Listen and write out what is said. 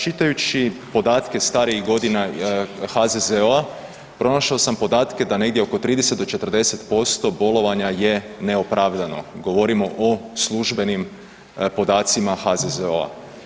Čitajući podatke starijih godina HZZO-a, pronašao sam podatke da negdje oko 30 do 40% bolovanja je neopravdano, govorimo o službenim podacima HZZO-a.